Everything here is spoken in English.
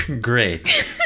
Great